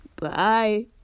bye